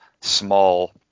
small